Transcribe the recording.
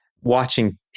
watching